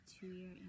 two-year